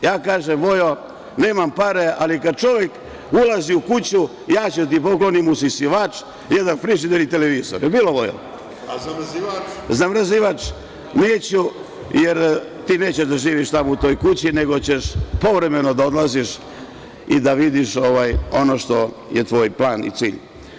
Ja kažem – Vojo, nemam pare, ali kada čovek ulazi u kuću, ja ću ti pokloniti usisivač, jedan frižider i televizor, jel tako Vojo. (Vojislav Šešelj: A zamrzivač?) Zamrzivač neću, jer ti nećeš da živiš u toj kući, nego ćeš povremeno da odlaziš i da vidiš ono što je tvoj plan i cilj.